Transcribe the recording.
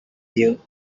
you